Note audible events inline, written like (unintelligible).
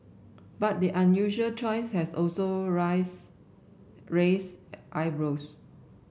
but the unusual choice has also (unintelligible) raised eyebrows